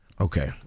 okay